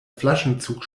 flaschenzug